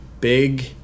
Big